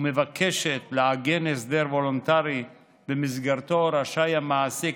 ומבקשת לעגן הסדר וולונטרי שבמסגרתו רשאי המעסיק